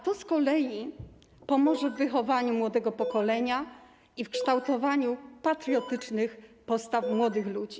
To z kolei pomoże w wychowaniu młodego pokolenia i w kształtowaniu patriotycznych postaw młodych ludzi.